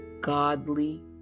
godly